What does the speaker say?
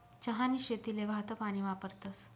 चहानी शेतीले वाहतं पानी वापरतस